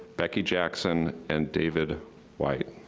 becky jackson, and david white.